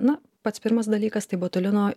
na pats pirmas dalykas tai botulino